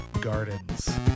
Gardens